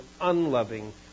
unloving